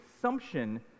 assumption